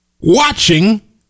watching